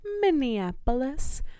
Minneapolis